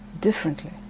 differently